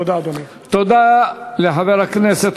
אתה צריך להתבייש.